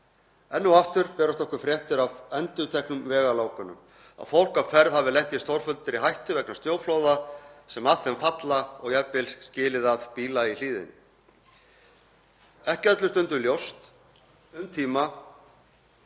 Enn og aftur berast okkur fréttir af endurteknum vegalokunum, að fólk á ferð hafi lent í stórfelldri hættu vegna snjóflóða sem að því falla og jafnvel skilið að bíla í hlíðinni, ekki öllum stundum ljóst um tíma